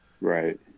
Right